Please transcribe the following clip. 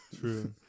True